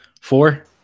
Four